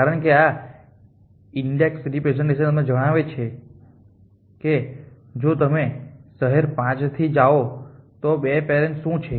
કારણ કે આ ઈન્ડેક્સ રિપ્રેસેંટેશન તમને જણાવે છે કે જો તમે શહેર 5 થી જાઓ તો 2 પેરેન્ટ્સ શું છે